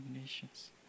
nations